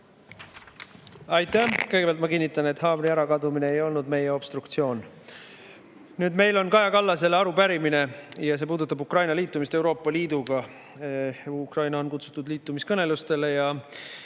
Aitäh! Kõigepealt ma kinnitan, et haamri ärakadumine ei olnud meie obstruktsioon. Meil on Kaja Kallasele arupärimine, mis puudutab Ukraina liitumist Euroopa Liiduga. Ukraina on kutsutud liitumiskõnelustele ja